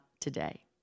today